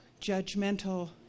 judgmental